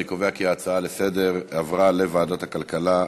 אני קובע כי ההצעה לסדר-היום עברה לוועדת הכלכלה.